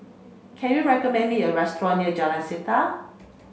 can you recommend me a restaurant near Jalan Setia